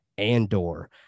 Andor